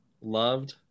loved